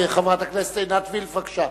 חברת הכנסת עינת וילף, בבקשה.